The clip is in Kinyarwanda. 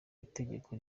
itegeko